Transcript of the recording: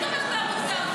אתה תומך בערוץ תעמולה.